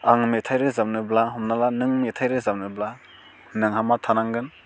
आं मेथाइ रोजाबनोब्ला हमना ला नों मेथाइ रोजाबनोब्ला नोंहा मा थानांगोन